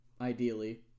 ideally